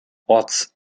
orts